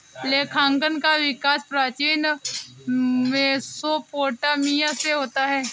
लेखांकन का विकास प्राचीन मेसोपोटामिया से होता है